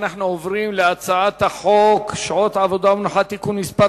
אנחנו עוברים להצעת חוק שעות עבודה ומנוחה (תיקון מס'